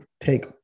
take